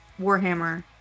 Warhammer